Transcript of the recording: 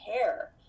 care